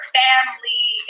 family